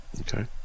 Okay